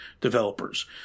developers